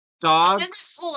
dogs